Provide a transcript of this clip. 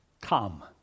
come